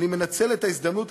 אני מנצל את ההזדמנות,